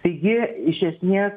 taigi iš esmės